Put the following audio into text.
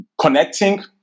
connecting